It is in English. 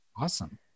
Awesome